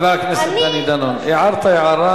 אולי על ה"מרמרה" חבר הכנסת דני דנון, הערת הערה.